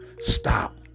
stop